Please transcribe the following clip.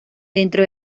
dentro